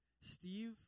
Steve